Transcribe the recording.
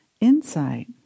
insight